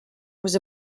was